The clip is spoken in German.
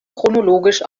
chronologisch